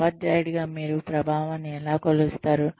ఉపాధ్యాయుడిగా మీరు ప్రభావాన్ని ఎలా కొలుస్తారు